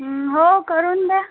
हो करून द्या